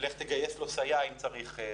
לך תגייס לו סייע אם צריך.